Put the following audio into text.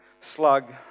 slug